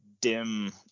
dim